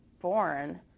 born